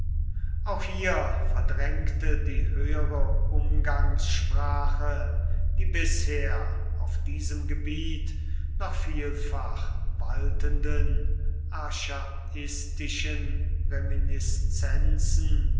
auch hier verdrängte die höhere umgangssprache die bisher auf diesem gebiet noch vielfach waltenden archaistischen reminiszenzen